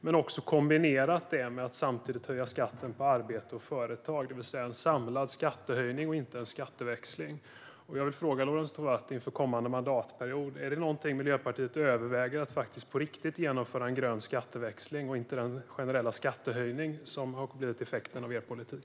Detta har kombinerats med att höja skatten på arbete och företag; det rör sig alltså om en samlad skattehöjning och inte om en skatteväxling. Jag vill inför kommande mandatperiod fråga Lorentz Tovatt: Överväger Miljöpartiet att på riktigt genomföra en grön skatteväxling och inte den generella skattehöjning som har blivit effekten av er politik?